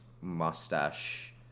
mustache